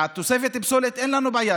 על תוספת פסולת אין לנו בעיה,